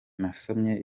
nasomye